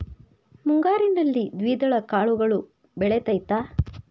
ಮುಂಗಾರಿನಲ್ಲಿ ದ್ವಿದಳ ಕಾಳುಗಳು ಬೆಳೆತೈತಾ?